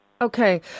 Okay